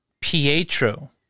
Pietro